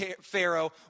Pharaoh